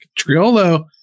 Triolo